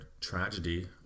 tragedy